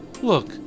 Look